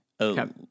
Okay